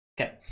okay